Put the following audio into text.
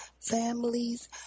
families